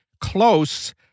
close